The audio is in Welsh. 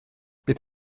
beth